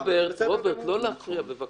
רוברט, לא להפריע, בבקשה.